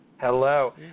Hello